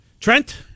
Trent